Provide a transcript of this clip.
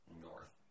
north